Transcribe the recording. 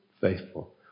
faithful